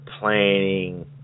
planning